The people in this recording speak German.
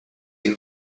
ihn